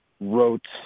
wrote